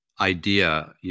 idea